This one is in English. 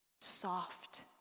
soft